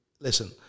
Listen